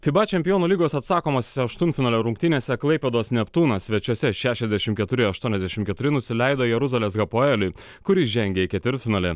fiba čempionų lygos atsakomosiose aštuntfinalio rungtynėse klaipėdos neptūnas svečiuose šešiasdešim keturi aštuoniasdešim keturi nusileido jeruzalės hapoeliui kuris žengė į ketvirtfinalį